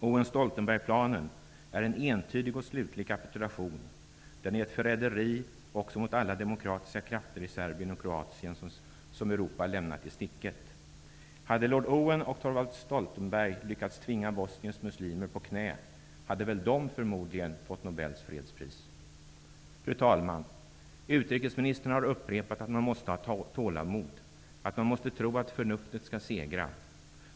Owen-Stoltenberg-planen är en entydig och slutlig kapitulation. Den är ett förräderi också mot alla demokratiska krafter i Serbien och Kroatien, som Thorvald Stoltenberg lyckats tvinga Bosniens muslimer på knä, hade de väl förmodligen fått Fru talman! Utrikesminister af Ugglas har upprepat att man måste ha tålamod, att man måste tro att förnuftet skall segra.